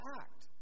act